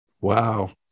Wow